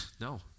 no